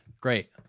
Great